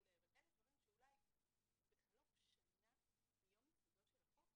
אבל אלה דברים שאולי בחלוף שנה מיום ייסודי של החוק?